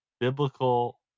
biblical